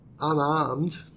unarmed